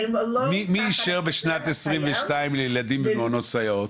מי אישר בשנת 2022 לילדים במעונות סייעות?